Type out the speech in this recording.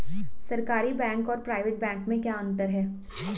सरकारी बैंक और private bank में क्या क्या अंतर हैं?